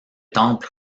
temples